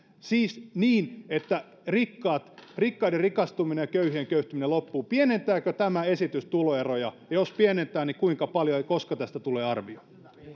siis niin että rikkaiden rikastuminen ja köyhien köyhtyminen loppuu pienentääkö tämä esitys tuloeroja jos pienentää niin kuinka paljon ja koska tästä tulee arvio